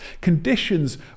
Conditions